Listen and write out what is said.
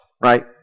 right